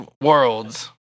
worlds